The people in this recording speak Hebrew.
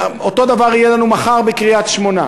אותו דבר יהיה לנו מחר בקריית-שמונה,